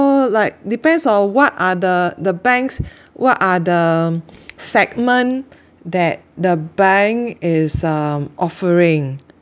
more like depends on what are the the bank's what are the um segment that the bank is um offering